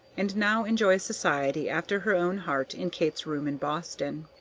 and now enjoys society after her own heart in kate's room in boston.